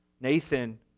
Nathan